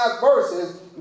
verses